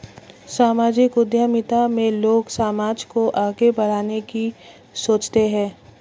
सामाजिक उद्यमिता में लोग समाज को आगे बढ़ाने की सोचते हैं